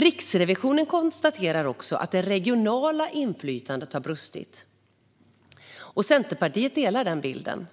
Riksrevisionen konstaterar också att det regionala inflytandet har brustit. Centerpartiet delar den bilden.